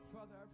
Father